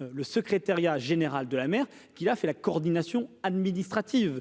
le secrétariat général de la mer qui a fait la coordination administrative